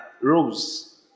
rules